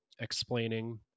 explaining